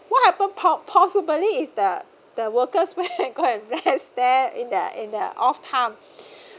what happen po~ possibly is the the workers went and go and rest there in the in the off time